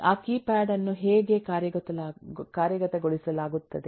ಆ ಕೀಪ್ಯಾಡ್ ಅನ್ನು ಹೇಗೆ ಕಾರ್ಯಗತಗೊಳಿಸಲಾಗುತ್ತದೆ